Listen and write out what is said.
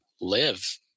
live